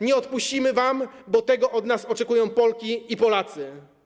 Nie odpuścimy wam, bo tego od nas oczekują Polki i Polacy.